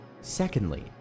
Secondly